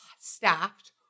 staffed